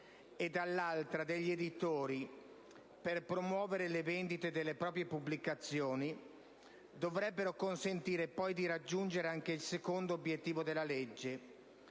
e, dall'altra, degli editori per promuovere le vendite delle proprie pubblicazioni, dovrebbero consentire poi di raggiungere anche il secondo obiettivo della legge: